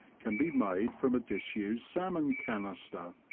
can be made from a disused salmon canister.